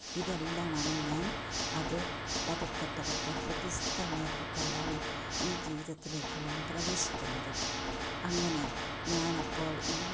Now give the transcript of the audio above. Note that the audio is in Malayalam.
ഇതെല്ലാമാണ് ഞാൻ അത് പതുക്കെ പതുക്കെ ഹൃദ്യസ്ഥമാക്കി കൊണ്ടാണ് ഈ ജീവിതത്തിലേക്ക് ഞാൻ പ്രവേശിക്കുന്നത് അങ്ങനെ ഞാൻ അപ്പോൾ ഈ